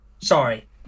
Sorry